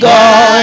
God